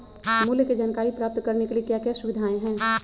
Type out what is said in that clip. मूल्य के जानकारी प्राप्त करने के लिए क्या क्या सुविधाएं है?